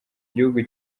igihugu